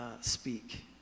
speak